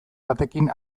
batekin